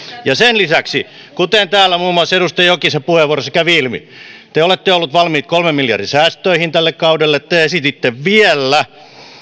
ja sen lisäksi kuten täällä muun muassa edustaja jokisen puheenvuorossa kävi ilmi te olette olleet valmiit kolmen miljardin säästöihin tälle kaudelle ja te esititte vielä